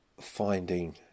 finding